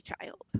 child